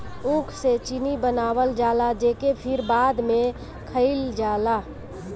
ऊख से चीनी बनावल जाला जेके फिर बाद में खाइल जाला